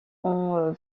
ont